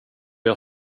jag